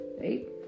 right